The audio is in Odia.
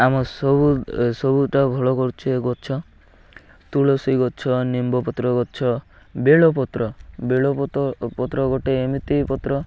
ଆମ ସବୁ ସବୁଟା ଭଲ କରୁଛ ଏ ଗଛ ତୁଳସୀ ଗଛ ନିମ୍ବପତ୍ର ଗଛ ବେଲ ପତ୍ର ବେଲ ପତ୍ର ପତ୍ର ଗୋଟେ ଏମିତି ପତ୍ର